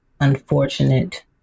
unfortunate